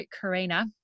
Karina